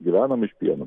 gyvenam iš pieno